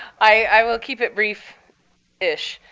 i will keep it brief ish.